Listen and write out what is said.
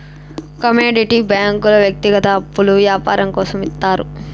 commodity బ్యాంకుల వ్యక్తిగత అప్పులు యాపారం కోసం ఇత్తారు